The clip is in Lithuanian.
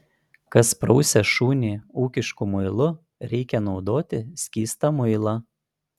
kas prausia šunį ūkišku muilu reikia naudoti skystą muilą